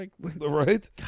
Right